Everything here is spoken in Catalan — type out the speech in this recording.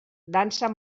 dansa